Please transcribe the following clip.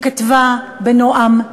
היא כתבה בנועם,